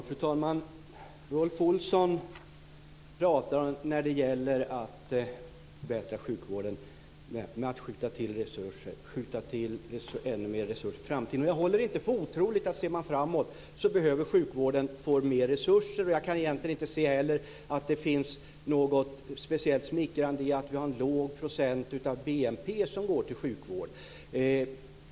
Fru talman! När det gäller att förbättra sjukvården pratar Rolf Olsson om att skjuta till resurser och att skjuta till ännu mer resurser i framtiden. Jag håller inte för otroligt att sjukvården, om man ser framåt, behöver få mer resurser. Jag kan egentligen inte heller se att det finns något speciellt smickrande i att en låg procent av vår BNP går till sjukvård.